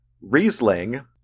Riesling